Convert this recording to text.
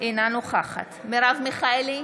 אינה נוכחת מרב מיכאלי,